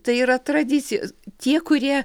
tai yra tradicijos tie kurie